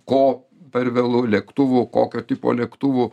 ko per vėlu lėktuvų o kokio tipo lėktuvų